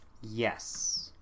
Yes